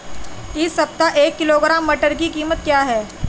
इस सप्ताह एक किलोग्राम मटर की कीमत क्या है?